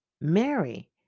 Mary